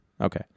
Okay